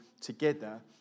together